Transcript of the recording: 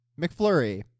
McFlurry